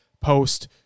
post